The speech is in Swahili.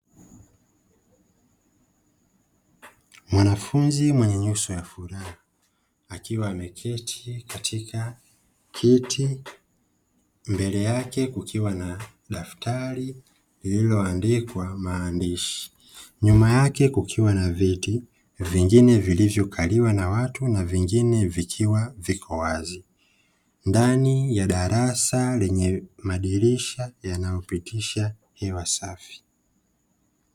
Mwanafunzi mwenye nyuso ya furaha akiwa ameketi katika kiti, mbele yake kukiwa na daftari lililoandikwa maandishi. Nyuma yake kukiwa na viti, vingine vilivyokaliwa na watu na vingine vikiwa viko wazi; ndani ya darasa lenye madirisha yanayopitisha hewa safi.